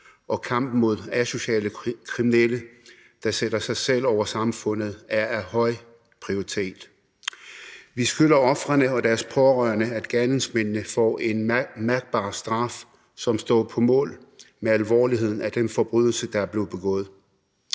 og kampen mod asociale kriminelle, der sætter sig selv over samfundet, er af høj prioritet. Vi skylder ofrene og deres pårørende, at gerningsmændene får en mærkbar straf, som står i forhold til alvorligheden af den forbrydelse, der er blevet begået.